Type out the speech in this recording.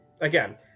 again